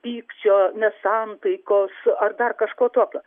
pykčio nesantaikos ar dar kažko tokio